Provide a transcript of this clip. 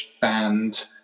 band